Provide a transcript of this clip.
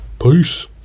Peace